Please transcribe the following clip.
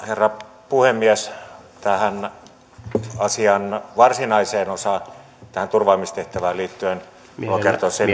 herra puhemies tähän asian varsinaiseen osaan tähän turvaamistehtävään liittyen voin kertoa sen